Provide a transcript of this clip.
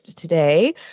today